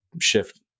shift